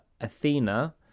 Athena